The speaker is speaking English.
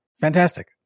Fantastic